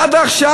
עד עכשיו,